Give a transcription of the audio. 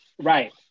Right